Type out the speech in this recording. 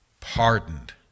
pardoned